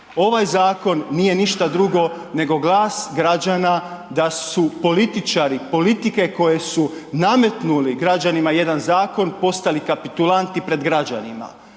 Ovaj zakon nije ništa drugo nego glas građana da su političari politike koje su nametnuli građanima jedan zakon postali kapitulanti pred građanima.